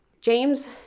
James